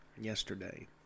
yesterday